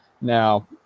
Now